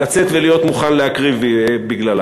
לצאת ולהיות מוכן להקריב בגללה.